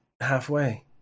halfway